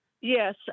Yes